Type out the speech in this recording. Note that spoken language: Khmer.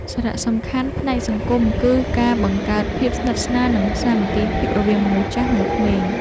សារៈសំខាន់ផ្នែកសង្គមគឺការបង្កើតភាពស្និទ្ធស្នាល និងសាមគ្គីភាពរវាងមនុស្សចាស់ និងក្មេង។